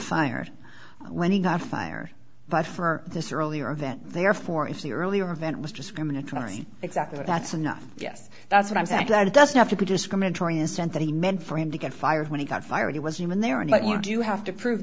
fired when he got fired but for this earlier event therefore if the earlier event was discriminatory exactly that's enough yes that's what i'm saying that it doesn't have to be discriminatory assent that he meant for him to get fired when he got fired he was human there and like you do you have to prove